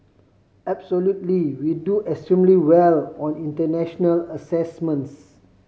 absolutely we do extremely well on international assessments